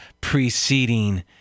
preceding